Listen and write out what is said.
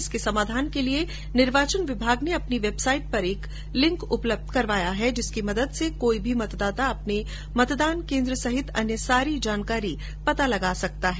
इसके समाधान के लिए निर्वाचन विभाग ने अपनी वेबसाइट पर एक लिंक उपलब्ध करवाया है जिसकी मदद से कोई भी मतदाता अपने मतदान केन्द्र सहित अन्य सारी जानकारी पता लगा सकता है